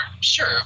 Sure